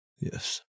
Yes